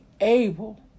able